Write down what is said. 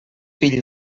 fill